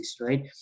right